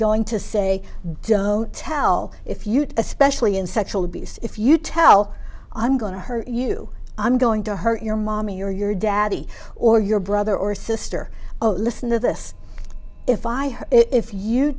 going to say tell if you especially in sexual abuse if you tell i'm going to hurt you i'm going to hurt your mommy or your daddy or your brother or sister listen to this if i if you